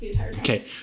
okay